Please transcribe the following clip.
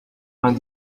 vingt